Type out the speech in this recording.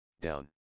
down